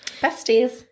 Besties